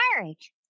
marriage